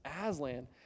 Aslan